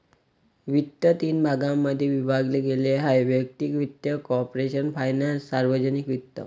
वित्त तीन भागांमध्ये विभागले गेले आहेः वैयक्तिक वित्त, कॉर्पोरेशन फायनान्स, सार्वजनिक वित्त